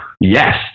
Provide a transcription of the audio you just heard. yes